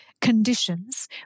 conditions